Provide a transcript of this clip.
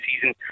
season